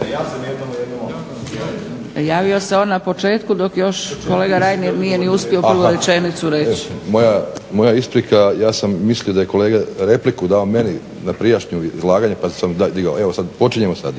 se ne razumije./ … Javio se on na početku dok još kolega Reiner nije ni uspio prvu rečenicu reći. **Grubišić, Boro (HDSSB)** Moja isprika, ja sam mislio da je kolega repliku dao meni na prijašnje izlaganje pa sam digao. Evo počinjemo sad.